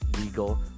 legal